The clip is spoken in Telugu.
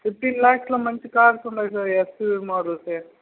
ఫిఫ్టీన్ ల్యాక్స్లో మంచి కార్స్ ఉన్నాయి సార్ ఎస్యూవి మోడల్స్